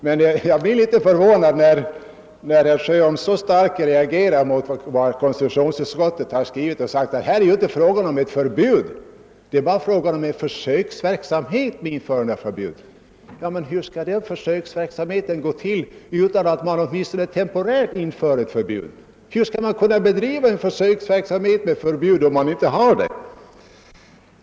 Men jag blev litet förvånad, när herr Sjöholm så starkt reagerar mot vad konstitutionsutskottet har skrivit och säger, att motionen inte syftar till ett förbud, utan bara till en försöksverksamhet om införande av förbud. Men hur skall den försöksverksamheten gå till om man åtminstone inte temporärt inför ett förbud?